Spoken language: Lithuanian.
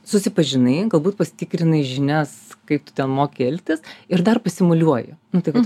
susipažinai galbūt pasitikrinai žinias kaip tu ten moki elgtis ir dar pasimuliuoji nu tai vat